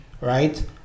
right